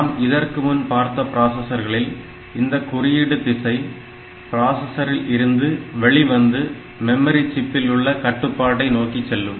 நாம் இதற்கு முன்பு பார்த்த பிராசஸர்களில் இந்தக் குறியீட்டு திசை பிராசஸரில் இருந்து வெளிவந்து மெமரி சிப்பில் உள்ள கட்டுப்பாட்டை நோக்கிச்செல்லும்